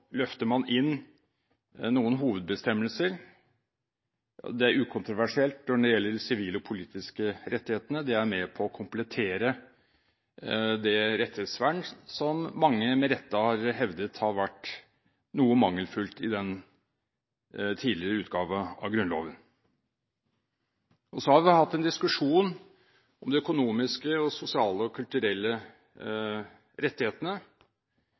løfter man inn noen hovedbestemmelser. Det er ukontroversielt når det gjelder de sivile og politiske rettighetene, det er med på å komplettere det rettighetsvern som mange med rette har hevdet har vært noe mangelfullt i den tidligere utgaven av Grunnloven. Så har vi hatt en diskusjon om de økonomiske, sosiale og kulturelle rettighetene.